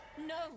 No